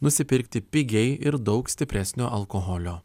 nusipirkti pigiai ir daug stipresnio alkoholio